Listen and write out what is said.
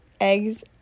eggs